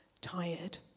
tired